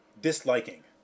disliking